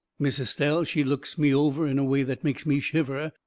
miss estelle, she looks me over in a way that makes me shiver,